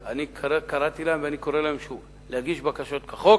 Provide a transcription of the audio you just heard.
אני קראתי להם ואני קורא להם שוב להגיש בקשות כחוק,